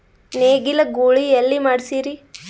ನೇಗಿಲ ಗೂಳಿ ಎಲ್ಲಿ ಮಾಡಸೀರಿ?